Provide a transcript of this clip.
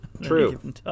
true